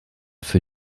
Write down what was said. für